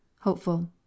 Hopeful